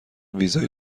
ویزای